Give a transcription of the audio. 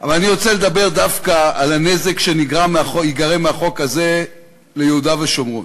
אבל אני רוצה לדבר דווקא על הנזק שייגרם מהחוק הזה ליהודה ושומרון.